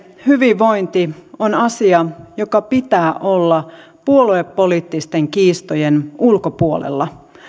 hyvinvointi on asia jonka pitää olla puoluepoliittisten kiistojen ulkopuolella